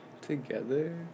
together